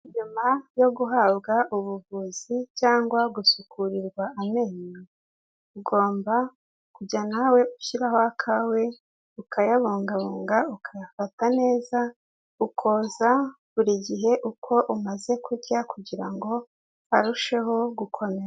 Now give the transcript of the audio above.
Nyuma yo guhabwa ubuvuzi cyangwa gusukurirwa amenyo, ugomba kujya nawe ushyiraho akawe ukayabungabunga, ukayafata neza, ukoza buri gihe uko umaze kurya kugira ngo arusheho gukomera.